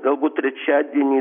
galbūt trečiadienį